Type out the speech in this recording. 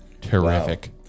Terrific